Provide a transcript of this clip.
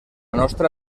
nostra